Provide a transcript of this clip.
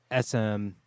SM